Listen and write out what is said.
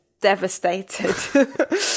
devastated